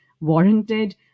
warranted